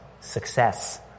success